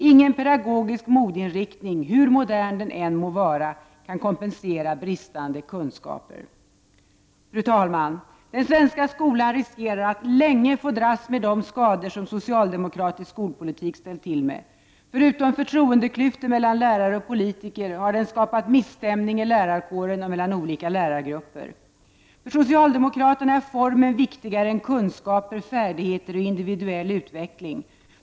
Ingen pedagogisk modeinriktning, hur modern den än må vara, kan kompensera bristande kunskaper. Fru talman! Den svenska skolan riskerar att länge få dras med de skador som socialdemokratisk skolpolitik ställt till med. Förutom förtroendeklyftor mellan lärare och politiker, har den skapat misstämning i lärarkåren och mellan olika lärargrupper. För socialdemokraterna är formen viktigare än kunskaper, färdigheter och individuell utveckling.